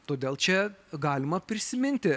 todėl čia galima prisiminti